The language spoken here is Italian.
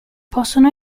possono